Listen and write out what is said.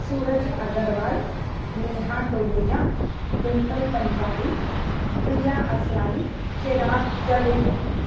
Suraj Agarwal Neha Dodeja Dimple Punjabi Priya Asrani Chirag Jadeja